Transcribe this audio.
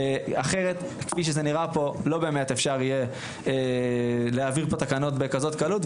אחרת לא באמת אפשר יהיה להעביר את התקנות בכזאת קלות.